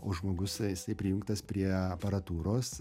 o žmogus jisai prijungtas prie aparatūros